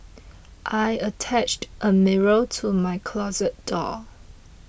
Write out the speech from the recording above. I attached a mirror to my closet door